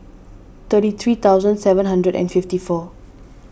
thirty three thousand seven hundred and fifty four